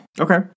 Okay